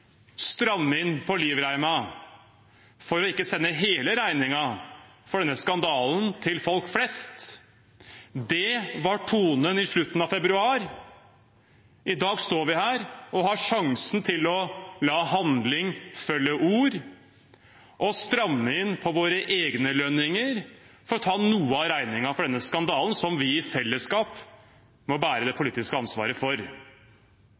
stramme inn på livreima for ikke å sende hele regningen for denne skandalen til folk flest. Det var tonen i slutten av februar. I dag står vi her og har sjansen til å la handling følge ord og stramme inn på våre egne lønninger for å ta noe av regningen for denne skandalen, som vi i fellesskap må bære det politiske ansvaret for.